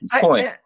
point